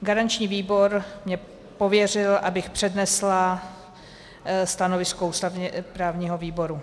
Garanční výbor mě pověřil, abych přednesla stanovisko ústavněprávního výboru.